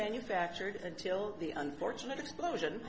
manufactured until the unfortunate explosion